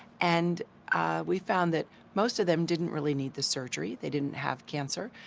and we found that most of them didn't really need the surgery. they didn't have cancer.